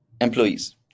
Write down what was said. employees